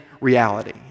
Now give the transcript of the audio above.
reality